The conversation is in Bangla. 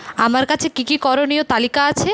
আমার কাছে কী কী করণীয় তালিকা আছে